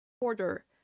order